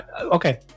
okay